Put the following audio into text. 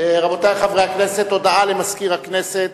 רבותי חברי הכנסת, הודעה למזכיר הכנסת.